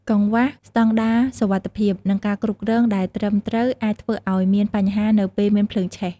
កង្វះស្តង់ដារសុវត្ថិភាព និងការគ្រប់គ្រងដែលត្រឹមត្រូវអាចធ្វើឱ្យមានបញ្ហានៅពេលមានភ្លើងឆេះ។